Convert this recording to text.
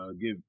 give